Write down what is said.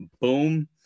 Boom